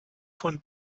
von